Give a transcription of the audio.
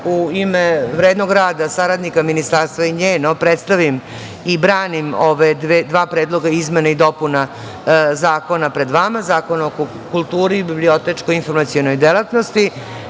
u ime vrednog rada saradnika ministarstva i njeno predstavim i branim ova dva predloga izmena i dopuna zakona pred vama, Zakona o kulturi i bibliotečko-informacionoj delatnosti,